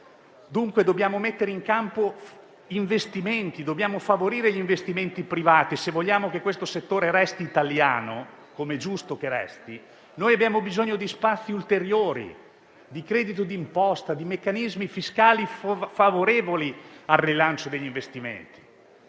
Dunque dobbiamo mettere in campo investimenti e favorire gli investimenti privati. Se vogliamo che questo settore resti italiano - come è giusto che sia - abbiamo bisogno di spazi ulteriori, di crediti di imposta e di meccanismi fiscali favorevoli al rilancio degli investimenti.